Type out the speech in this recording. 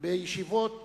בישיבות